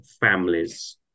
families